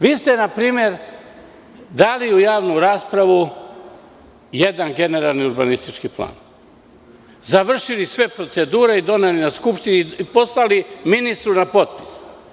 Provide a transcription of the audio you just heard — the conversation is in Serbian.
Vi ste, na primer, dali u javnu raspravu jedan generalni urbanistički plan, završili sve procedure, doneli na Skupštini i poslali ministru na potpis.